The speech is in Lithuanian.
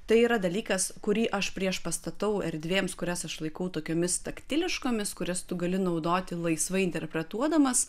tai yra dalykas kurį aš prieš pastatau erdvėms kurias aš laikau tokiomis taktiliškomis kurias tu gali naudoti laisvai interpretuodamas